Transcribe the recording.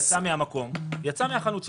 הוא יצא מן החנות שלו,